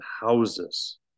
houses